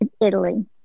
Italy